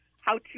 how-to